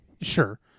sure